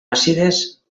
àcides